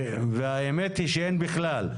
והאמת היא שאין בכלל.